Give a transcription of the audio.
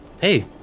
hey